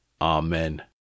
Amen